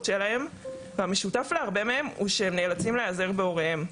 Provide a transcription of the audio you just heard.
שלהם והמשותף להרבה מהם הוא שהם נאלצים להיעזר בהוריהם.